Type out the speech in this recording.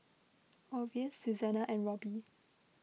Orvis Susannah and Robby